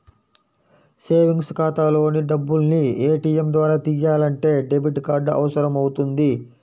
savings ఖాతాలోని డబ్బుల్ని ATM ద్వారా తియ్యాలంటే డెబిట్ కార్డు అవసరమవుతుంది